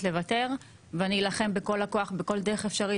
לוותר ואני אלחם בכל הכוח בכל דרך אפשרית,